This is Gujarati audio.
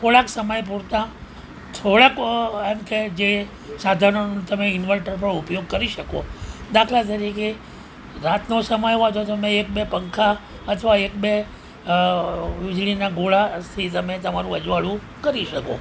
થોડાક સમય પૂરતા થોડાક એમ કે જે સાધનોનું તમે ઈન્વર્ટર પર ઉપયોગ કરી શકો દાખલા તરીકે રાતનો સમય હોય તો તમે એક બે પંખા અથવા એક બે વીજળીના ગોળાથી તમે તમારું અજવાળું કરી શકો